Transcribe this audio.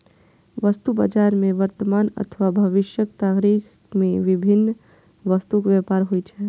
वस्तु बाजार मे वर्तमान अथवा भविष्यक तारीख मे विभिन्न वस्तुक व्यापार होइ छै